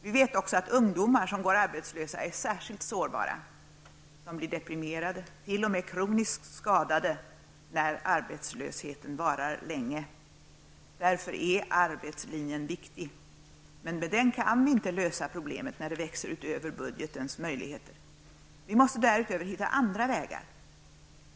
Vi vet också att ungdomar som går arbetslösa är särskilt sårbara. De blir deprimerade, t.o.m. kroniskt skadade, när arbetslösheten varar länge. Därför är arbetslinjen viktig, men med den kan vi inte lösa problemet när det växer utöver budgetens möjligheter. Vi måste därutöver hitta andra vägar.